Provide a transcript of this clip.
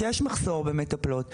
שיש מחסור במטפלות,